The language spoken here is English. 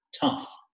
Tough